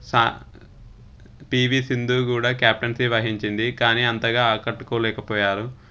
సా P V Sindhu కూడా captaincy వహించింది కానీ అంతగా ఆకట్టుకోలేకపోయారు